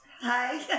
Hi